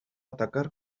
atacar